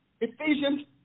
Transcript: Ephesians